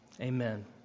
Amen